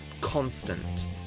constant